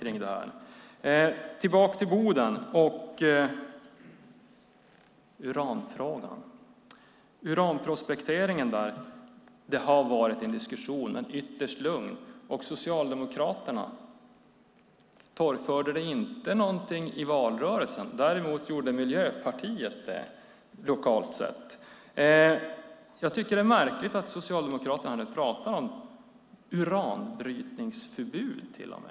Jag går tillbaka till Boden och uranfrågan. Det har varit en ytterst lugn diskussion om uranprospektering. Socialdemokraterna torgförde inte någonting i valrörelsen. Däremot gjorde Miljöpartiet det lokalt. Det är märkligt att Socialdemokraterna nu till och med pratar om uranbrytningsförbud.